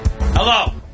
Hello